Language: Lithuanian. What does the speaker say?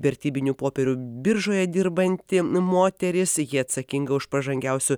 vertybinių popierių biržoje dirbanti moteris ji atsakinga už pažangiausių